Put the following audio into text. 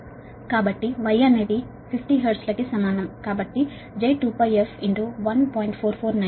కాబట్టి Y అనేది 50 hertz కు సమానం కాబట్టి j2f 1